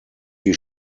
die